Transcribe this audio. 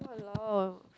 !walao!